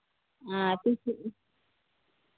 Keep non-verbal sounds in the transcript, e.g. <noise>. ᱟᱨ <unintelligible>